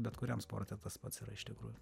bet kuriam sporte tas pats yra iš tikrųjų